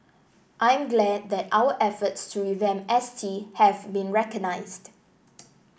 I'm glad that our efforts to revamp S T have been recognised